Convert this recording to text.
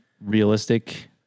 realistic